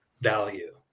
value